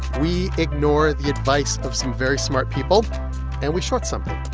we ignore the advice of some very smart people and we short something.